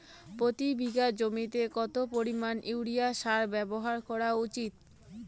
প্রতি বিঘা জমিতে কত পরিমাণ ইউরিয়া সার ব্যবহার করা উচিৎ?